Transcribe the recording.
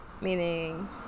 Meaning